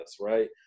right